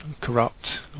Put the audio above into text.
corrupt